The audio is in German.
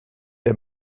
der